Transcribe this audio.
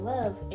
Love